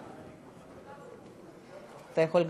אחריו,